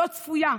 לא צפויה,